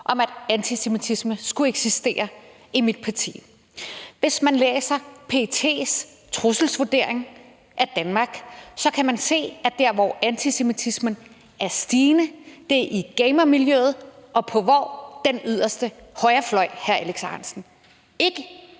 om, at antisemitisme skulle eksistere i mit parti. Hvis man læser PET's trusselsvurdering af Danmark, kan man se, at der, hvor antisemitismen er stigende, er i gamermiljøet og på hvor? Den yderste højrefløj, hr. Alex Ahrendtsen.